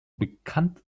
bekannt